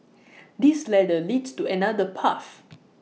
this ladder leads to another path